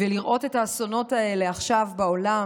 ולראות את האסונות האלה עכשיו בעולם